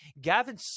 Gavin